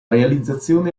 realizzazione